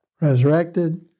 resurrected